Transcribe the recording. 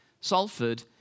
Salford